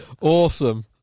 Awesome